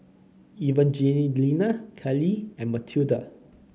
Evangelina Kailey and Matilde